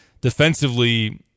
defensively